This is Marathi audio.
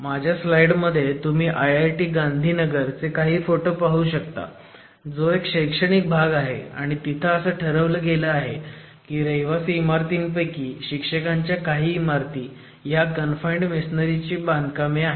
माझ्या स्लाईड मध्ये तुम्ही IIT गांधीनगर चे काही फोटो पाहू शकता जो एक शैक्षणिक भाग आहे आणि तिथं असं ठरवलं गेलं आहे की रहिवासी इमारतींपैकी शिक्षकांच्या काही इमारती ह्या कन्फाईंड मेसोनारी ची बांधकामे आहेत